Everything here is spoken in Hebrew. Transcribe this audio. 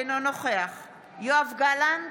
אינו נוכח יואב גלנט,